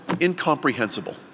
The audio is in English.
incomprehensible